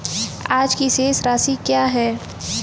आज की शेष राशि क्या है?